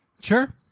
Sure